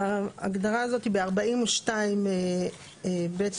ההגדרה הזאת ב-42 (ב)(1).